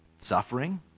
Suffering